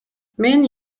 мен